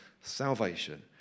salvation